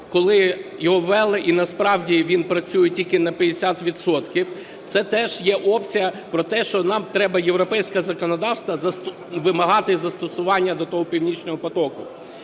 коли його ввели, і насправді він працює тільки на 50 відсотків. Це теж є опція про те, що нам треба європейське законодавство вимагати застосування до того "Північного потоку".